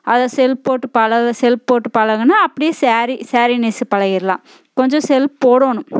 அதை செல்ப் போட்டு பழகு செல்ப் போட்டு பழகினா அப்படியே ஸாரி ஸாரி நெஸ் பழகிடலாம் கொஞ்சம் செல்ப் போடணும்